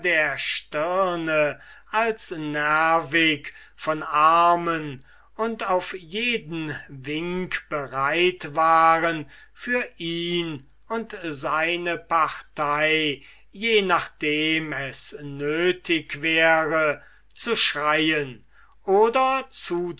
der stirne als nervicht von armen und auf jeden wink bereit waren für ihn und seine partei je nachdem es nötig wäre zu schreien oder zuzuschlagen